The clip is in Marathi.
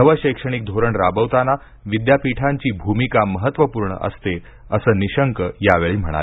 नवं शैक्षणिक धोरण राबवताना विद्यापीठांची भूमिका महत्त्वपूर्ण असते असं निशंक यावेळी म्हणाले